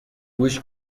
گوش